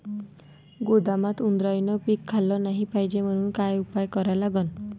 गोदामात उंदरायनं पीक खाल्लं नाही पायजे म्हनून का उपाय करा लागन?